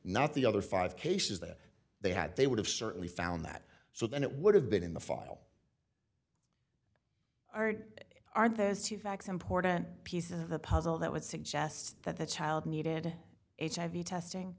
not the other five cases that they had they would have certainly found that so then it would have been in the file are are those two facts important pieces of the puzzle that would suggest that that child needed hiv testing